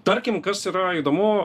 tarkim kas yra įdomu